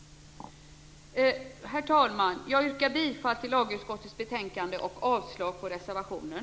Herr talman! Jag yrkar bifall till lagutskottets betänkande och avslag på reservationen.